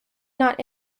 not